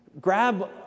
grab